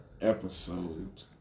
episode